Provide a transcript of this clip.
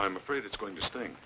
i'm afraid it's going to stin